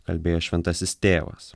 kalbėjo šventasis tėvas